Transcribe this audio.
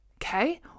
okay